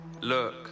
Look